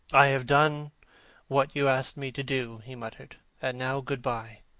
i have done what you asked me to do, he muttered. and now, good-bye.